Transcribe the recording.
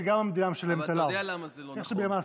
שהמדינה משלמת גם עליו,